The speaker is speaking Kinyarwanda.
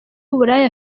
w’uburaya